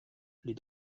les